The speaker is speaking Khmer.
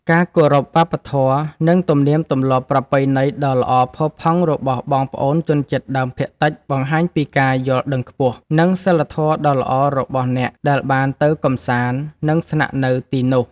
ការគោរពវប្បធម៌ និង ទំនៀមទម្លាប់ប្រពៃណីដ៏ល្អផូរផង់របស់បងប្អូនជនជាតិដើមភាគតិចបង្ហាញពីការយល់ដឹងខ្ពស់ និង សីលធម៌ដ៏ល្អរបស់អ្នកដែលបានទៅកម្សាន្ត និង ស្នាក់នៅទីនោះ។